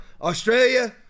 Australia